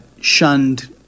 shunned